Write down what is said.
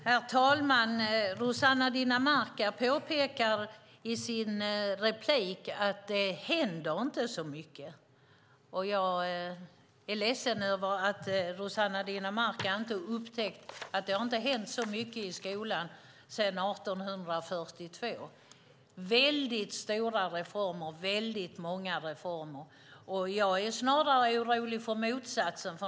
Herr talman! Rossana Dinamarca påpekar i sin replik att det inte händer så mycket. Jag är ledsen över att Rossana Dinamarca inte har upptäckt att det inte har hänt så mycket som nu i skolan sedan 1842. Det har kommit väldigt stora reformer och väldigt många reformer. Jag är snarare orolig för motsatsen.